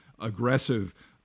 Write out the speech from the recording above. aggressive